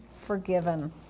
forgiven